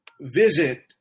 visit